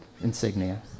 insignia